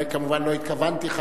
אני כמובן לא התכוונתי חלילה,